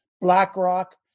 BlackRock